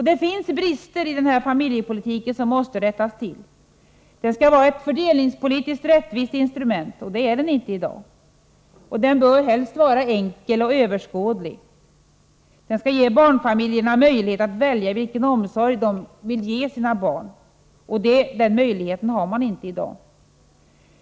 Det finns brister i familjepolitiken som måste rättas till. Den skall vara ett fördelningspolitiskt rättviseinstrument, och det är den inte i dag. Den bör helst vara enkel och överskådlig. Den skall ge barnfamiljerna möjlighet att välja vilken omsorg de vill ge sina barn. Den möjligheten har man inte i dag.